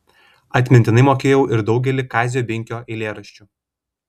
atmintinai mokėjau ir daugelį kazio binkio eilėraščių